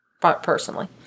personally